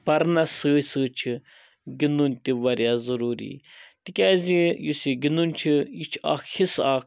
پَرنَس سۭتۍ سۭتۍ چھِ گِندُن تہِ واریاہ ضٔروٗری تکیازِ یُس یہِ گِندُن چھُ یہِ چھُ اکھ حِصہٕ اکھ